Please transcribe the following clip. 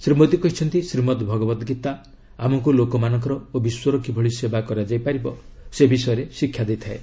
ଶ୍ରୀ ମୋଦୀ କହିଛନ୍ତି ଶ୍ରୀମଦ୍ ଭଗବତ ଗୀତା ଆମକୁ ଲୋକମାନଙ୍କର ଓ ବିଶ୍ୱର କିଭଳି ସେବା କରାଯାଇ ପାରିବ ସେ ବିଷୟରେ ଶିକ୍ଷା ଦେଇଥାଏ